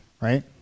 right